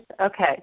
Okay